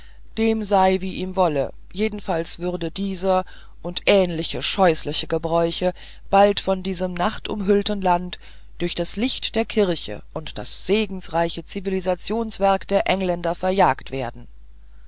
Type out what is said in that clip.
dem sei wie ihm wolle jedenfalls würde dieser und ähnliche scheußliche gebräuche bald von diesem nachtumhüllten land durch das licht der kirche und das segensreiche zivilisationswerk der engländer verjagt werden